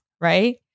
right